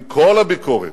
עם כל הביקורת